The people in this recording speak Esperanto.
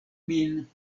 min